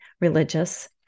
religious